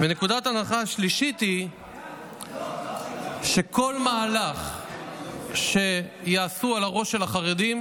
ונקודת הנחה שלישית היא שכל מהלך שיעשו על הראש של החרדים